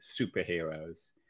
superheroes